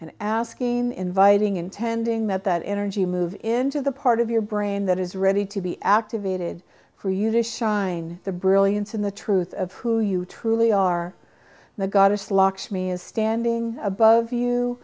and asking inviting intending met that energy move into the part of your brain that is ready to be activated for you to shine the brilliance in the truth of who you truly are the goddess locks me is standing above you